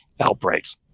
outbreaks